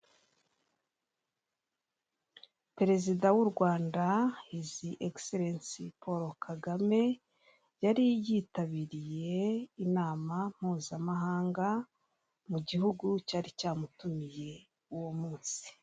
Perezida w'u Rwanda hizi egiserensi Paul Kagame yari yitabiriye inama mpuzamahanga mu gihugu cyari cyamutumiye uwo munsi.